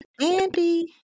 Andy